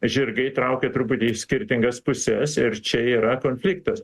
žirgai traukia truputį į skirtingas puses ir čia yra konfliktas